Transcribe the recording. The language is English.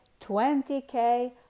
20k